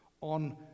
on